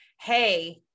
Hey